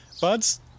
Bud's